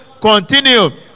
continue